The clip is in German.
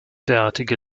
derartige